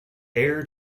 heir